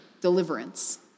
deliverance